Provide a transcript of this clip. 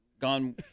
gone